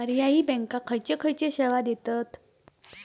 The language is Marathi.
पर्यायी बँका खयचे खयचे सेवा देतत?